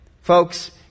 folks